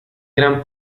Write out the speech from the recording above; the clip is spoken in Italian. gran